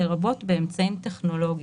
לרבות באמצעים טכנולוגים."